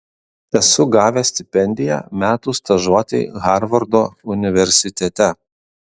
esu gavęs stipendiją metų stažuotei harvardo universitete